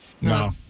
No